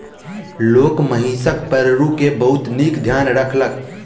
लोक महिषक पड़रू के बहुत नीक ध्यान रखलक